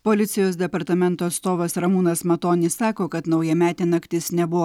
policijos departamento atstovas ramūnas matonis sako kad naujametė naktis nebuvo